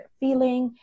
feeling